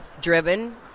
driven